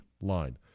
line